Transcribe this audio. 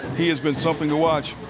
he has been something to watch.